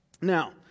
Now